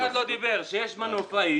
אף אחד לא דיבר שיש מנופאי